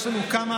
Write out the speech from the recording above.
יש לנו כמה